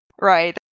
Right